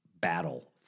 battle